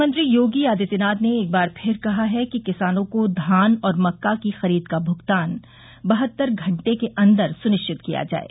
मुख्यमंत्री योगी आदित्यनाथ ने एकबार फिर कहा है कि किसानों को धान और मक्का की खरीद का भुगतान बहत्तर घंटे के अन्दर सुनिश्चित किया जाये